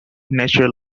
natural